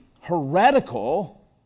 heretical